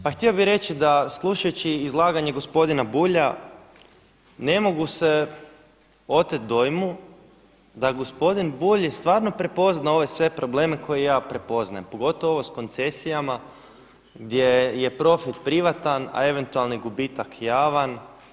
Pa htio bih reći da slušajući izlaganje gospodina Bulja ne mogu se otet dojmu da je gospodin Bulj stvarno prepoznao ove sve probleme koje i ja prepoznajem, pogotovo ovo s koncesijama gdje je profit privatan, a eventualan gubitak javan.